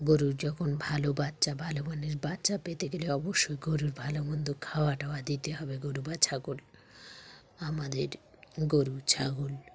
গরুর যখন ভালো বাচ্চা ভালো মানের বাচ্চা পেতে গেলে অবশ্যই গরুর ভালো মন্দ খাওয়াটাওয়া দিতে হবে গরু বা ছাগল আমাদের গরু ছাগল